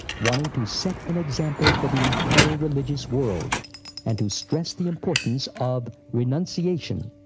wanting to set an example for the entire religious world and to stress the importance of renunciation.